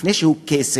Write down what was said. לפני שהוא כסף,